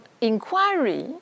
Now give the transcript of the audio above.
inquiry